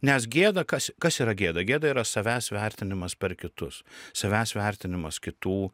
nes gėda kas kas yra gėda gėda yra savęs vertinimas per kitus savęs vertinimas kitų